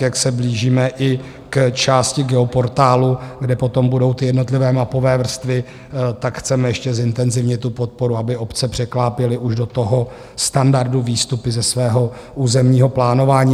Jak se blížíme i k části Geoportálu, kde potom budou jednotlivé mapové vrstvy, chceme ještě zintenzivnit podporu, aby obce překlápěly už do toho standardu výstupy ze svého územního plánování.